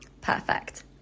perfect